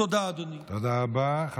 תודה, אדוני.